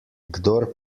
kdor